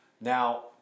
Now